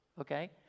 okay